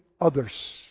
others